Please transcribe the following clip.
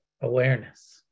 awareness